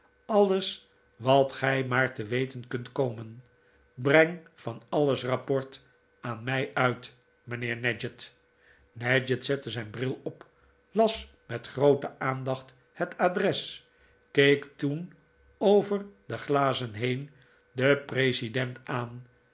alles wat gij maar te weten kunt komen breng van alles rapport aan mij uit mijnheer nadgett nadgett zette zijn bril op las met groote aandacht het adres keek toen over de glazen heen den president aan